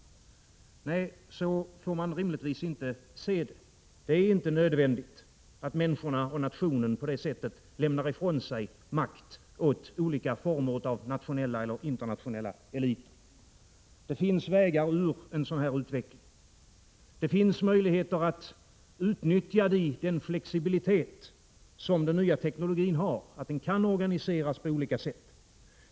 Nej, så får man rimligtvis inte se det. Det är inte nödvändigt att människorna och nationen på det sättet lämnar ifrån sig makt till olika former av nationella eller internationella eliter. Det finns vägar ur en sådan här utveckling. Det finns möjligheter att utnyttja den flexibilitet som den nya teknologin har. Den kan organiseras på olika sätt.